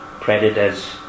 Predators